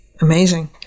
amazing